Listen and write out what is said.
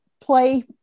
play